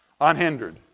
Unhindered